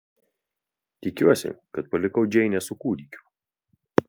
tikiuosi kad palikau džeinę su kūdikiu